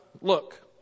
look